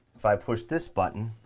if i pushed this button,